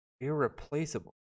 irreplaceable